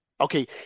Okay